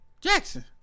Jackson